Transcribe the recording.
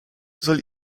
soll